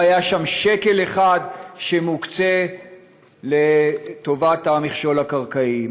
לא היה בה שקל אחד שהוקצה לטובת המכשול הקרקעי,